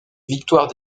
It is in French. victoires